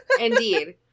Indeed